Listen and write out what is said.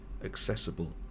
accessible